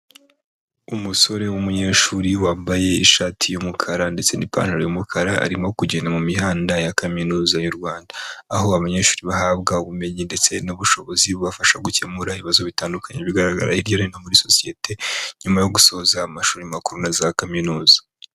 Umusore w'umunyeshuri wambaye ishati y'umukara ndetse n'ipantaro y'umukara, arimo kugenda mu mihanda ya kaminuza y'u Rwanda, aho abanyeshuri bahabwa ubumenyi ndetse n'ubushobozi bubafasha gukemura ibibazo bitandukanye bigaragara hirya no hino muri sosiyete, nyuma yo gusoza amashuri makuru na za kaminuza.